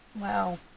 Wow